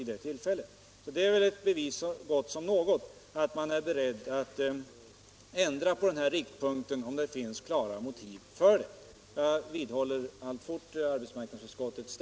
Detta är väl ett bevis så gott som något på att man är beredd att ändra riktpunkten om det finns klara motiv för det.